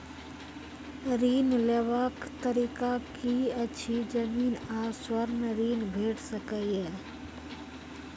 ऋण लेवाक तरीका की ऐछि? जमीन आ स्वर्ण ऋण भेट सकै ये?